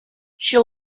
she